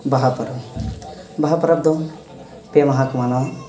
ᱵᱟᱦᱟ ᱯᱚᱨᱚᱵᱽ ᱵᱟᱦᱟ ᱯᱚᱨᱚᱵᱽᱫᱚ ᱯᱮ ᱢᱟᱦᱟᱠᱚ ᱢᱟᱱᱟᱣᱟ